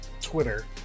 twitter